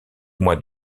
mois